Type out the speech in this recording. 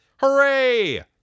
Hooray